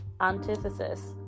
antithesis